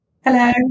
Hello